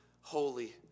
holy